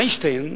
איינשטיין,